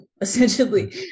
essentially